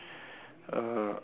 uh